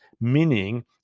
meaning